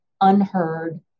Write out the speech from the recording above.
unheard